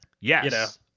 Yes